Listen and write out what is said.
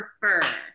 prefer